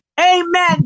Amen